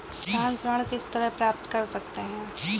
किसान ऋण किस तरह प्राप्त कर सकते हैं?